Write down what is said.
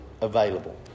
available